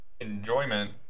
Enjoyment